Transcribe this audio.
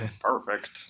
Perfect